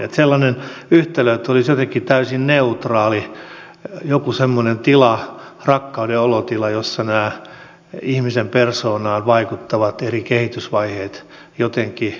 sellaiseen yhtälöön en usko että olisi jotenkin täysin neutraali joku semmoinen tila rakkauden olotila jossa ihmisen persoonaan vaikuttavat eri kehitysvaiheet jotenkin